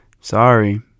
Sorry